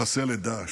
לחסל את דאעש,